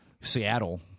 Seattle